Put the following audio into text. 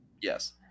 yes